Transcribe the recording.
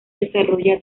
desarrolla